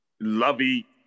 Lovey